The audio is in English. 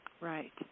Right